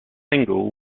single